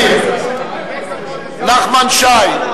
נחמן שי,